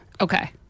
Okay